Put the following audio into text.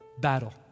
battle